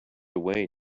away